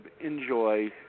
Enjoy